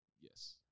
Yes